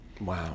Wow